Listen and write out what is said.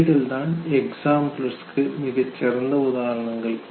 இவைகள்தான் எக்ஸாம்பிலர்ஸ் க்கு மிகச் சிறந்த உதாரணங்கள்